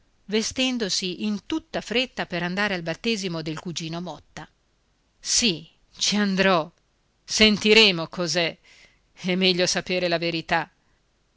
vestendosi in tutta fretta per andare al battesimo del cugino motta sì ci andrò sentiremo cos'è è meglio sapere la verità